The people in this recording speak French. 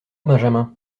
benjamin